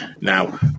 now